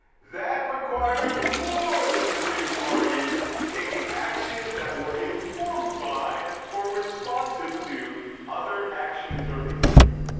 that requires more than the two parties taking actions that were informed by or responsive to other actions or interests.